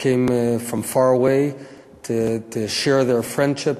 came from far away to share their friendship,